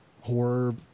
horror